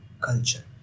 culture